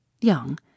Young